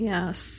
Yes